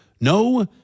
No